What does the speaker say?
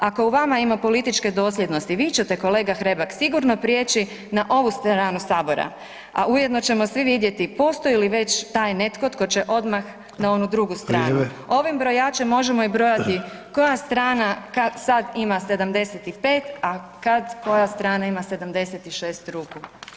Ako u vama ima političke dosljednosti vi ćete kolega Hrebak sigurno prijeći na ovu stranu Sabora, a ujedno ćemo svi vidjeti postoji li već taj netko tko će odmah na onu drugu stranu [[Upadica Sanader: Vrijeme.]] Ovim brojačem možemo i brojati koja strana sada ima 75, a kad koja strana ima 76 ruku.